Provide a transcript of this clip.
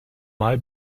mai